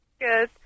Good